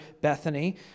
Bethany